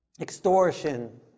Extortion